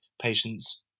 patients